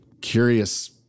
curious